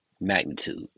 magnitude